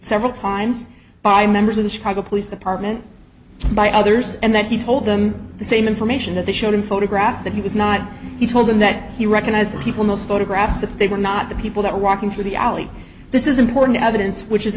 several times by members of the chicago police department by others and that he told them the same information that the shown in photographs that he was not he told them that he recognized the people most photographed that they were not the people that were walking through the alley this is important evidence which is